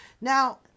Now